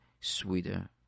sweeter